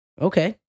Okay